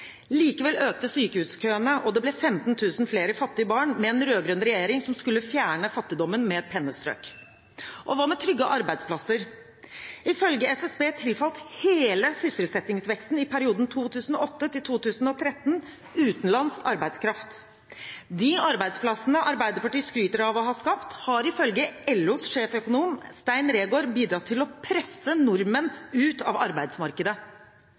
Likevel økte sykehuskøene, og det ble 15 000 flere fattige barn med en rød-grønn regjering som skulle fjerne fattigdommen med et pennestrøk. Og hva med trygge arbeidsplasser? Ifølge SSB tilfalt hele sysselsettingsveksten i perioden 2008–2013 utenlandsk arbeidskraft. De arbeidsplassene Arbeiderpartiet skryter av å ha skapt, har ifølge LOs sjeføkonom, Stein Reegård, bidratt til å presse nordmenn ut av arbeidsmarkedet.